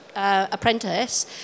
Apprentice